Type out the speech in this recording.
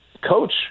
coach